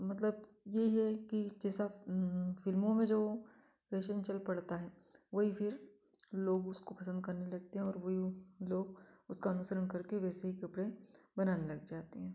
मतलब यह ही है कि जैसा फ़िल्मों में जो फैशन चल पड़ता है वही फ़िर लोग उसको पसंद करने लगते हैं और वही लोग उसका अनुसरण करके वैसे ही कपड़े बनाने लग जाते हैं